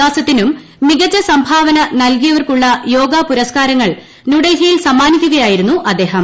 വികാസത്തിനും യോഗയുടെ മികച സംഭാവന നൽകിയവർക്കുള്ള യോഗ പുരസ്ക്കാരങ്ങൾ ന്യൂഡൽഹിയിൽ സമ്മാനിക്കുകയായിരുന്നു അദ്ദേഹം